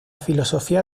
filosofía